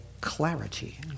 clarity